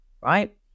right